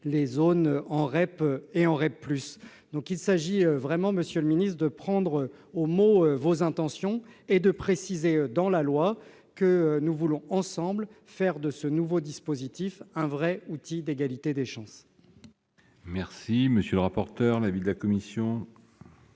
aux zones REP et REP+. Il s'agit vraiment, monsieur le ministre, de vous prendre au mot et de préciser dans la loi que nous voulons ensemble faire de ce nouveau dispositif un véritable outil d'égalité des chances.